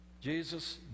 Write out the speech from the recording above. Jesus